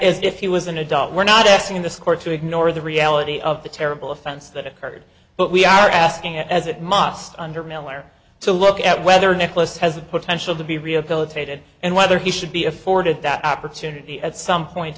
as if he was an adult we're not asking this court to ignore the reality of the terrible offense that occurred but we are asking as it must under miller so look at whether nicholas has the potential to be rehabilitated and whether he should be afforded that opportunity at some point